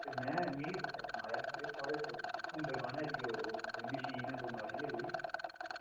में मिगी कुसै सुनाया हा थुआढ़ै खुम्बे बाह्ने आह्ली ओह् ऐ मशीन ऐ बमारी ऐ कोई